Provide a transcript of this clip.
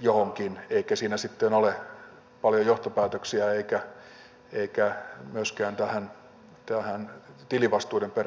johonkin eikä siinä sitten ole paljon johtopäätöksien eikä myöskään näiden tilivastuiden perään kysyttävissä